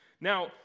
Now